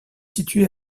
située